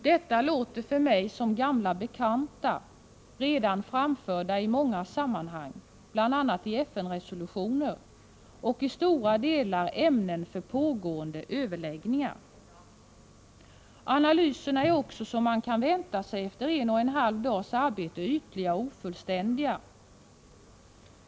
Förslagen låter för mig som gamla bekanta saker, redan framförda i många samman hang, bl.a. i FN-resolutioner, och till stor del ämnen för pågående överläggningar. Analyserna är också, som man kan vänta sig efter bara en och en halv dags arbete, ytliga och ofullständiga.